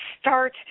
start